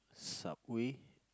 Subway